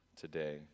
today